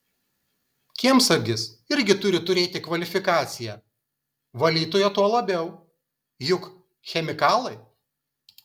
kiemsargis irgi turi turėti kvalifikaciją valytoja tuo labiau juk chemikalai